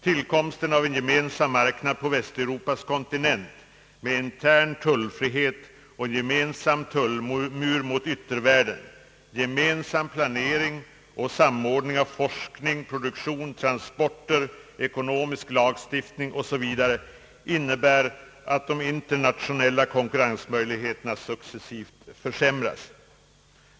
Tillkomsten av en gemensam marknad på Västeuropas kontinent, med intern tullfrihet och gemensam tullmur mot yttervärlden, gemensam planering och samordning av forskning, produktion, transporter, ekonomisk lagstiftning o.s.v., innebär att de internationella konkurrensmöjligheterna successivt försämras.